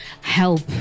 help